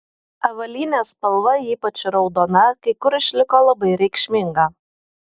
avalynės spalva ypač raudona kai kur išliko labai reikšminga